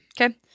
Okay